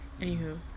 Anywho